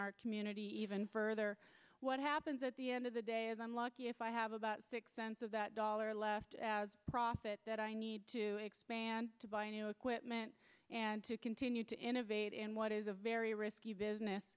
our community even further what happens at the end of the day as i'm lucky if i have about six cents of that dollar left as profit that i need to expand to buy new equipment and to continue to innovate in what is a very risky business